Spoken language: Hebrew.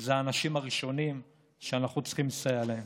זה האנשים הראשונים שאנחנו צריכים לסייע להם.